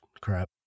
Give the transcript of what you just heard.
crap